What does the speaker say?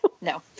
No